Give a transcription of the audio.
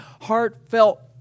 heartfelt